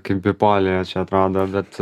kaip bipolija čia atrodo bet